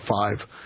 five